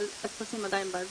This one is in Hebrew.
אבל הטפסים עדיין בעברית.